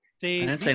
See